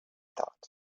thought